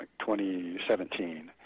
2017